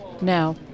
Now